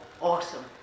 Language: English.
Awesome